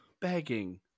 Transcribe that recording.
begging